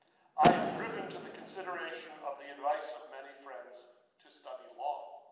i am driven to the consideration of the advice of many friends to study law.